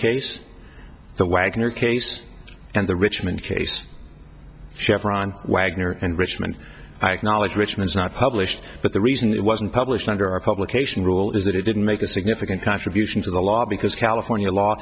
case the wagner case and the richmond case chevron wagner and richmond acknowledged richmond's not published but the reason it wasn't published under our publication rule is that it didn't make a significant contribution to the law because california law